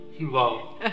Wow